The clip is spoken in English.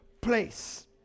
place